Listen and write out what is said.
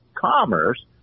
commerce